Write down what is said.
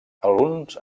alguns